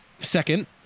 Second